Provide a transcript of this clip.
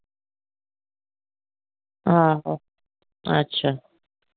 आं अच्छा